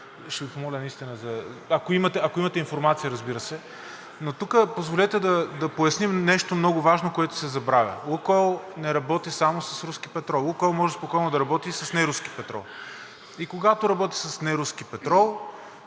ще Ви помоля да отговорите, ако имате информация, разбира се. Но позволете да поясним нещо много важно, което се забравя. „Лукойл“ не работи само с руски петрол. „Лукойл“ може спокойно да работи и с неруски петрол и когато работи с неруски петрол,